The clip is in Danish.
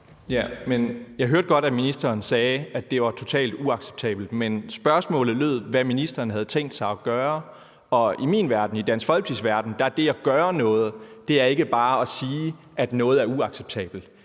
Jeg hørte godt, at ministeren sagde, at det var totalt uacceptabelt, men spørgsmålet lød på, hvad ministeren havde tænkt sig gøre. I min verden, i Dansk Folkepartis verden, er det at gøre noget ikke bare at sige, at noget er uacceptabelt.